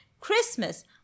christmas